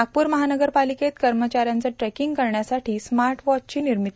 नागपूर महानगर पालिकेत कर्मचाऱ्यांचं ट्रेकिंग करण्यासाठी स्मार्ट वॉच ची निर्मिती